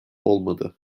olmadı